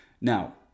Now